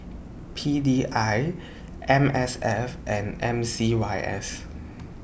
P D I M S F and M C Y S